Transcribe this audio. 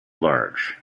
large